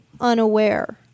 unaware